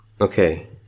Okay